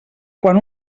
quan